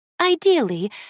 Ideally